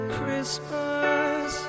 Christmas